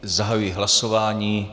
Zahajuji hlasování.